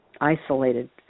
isolated